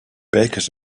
bakers